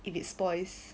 if it spoils